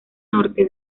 norte